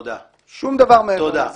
שום דבר מעבר לזה.